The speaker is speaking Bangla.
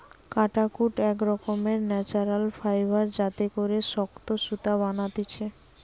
কাটাকুট এক রকমের ন্যাচারাল ফাইবার যাতে করে শক্ত সুতা বানাতিছে